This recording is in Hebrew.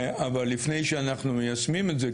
אבל לפני שאנחנו מיישמים את זה,